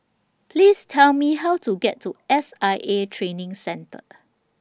Please Tell Me How to get to S I A Training Centre